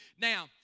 Now